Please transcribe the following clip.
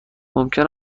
ممکن